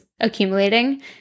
Accumulating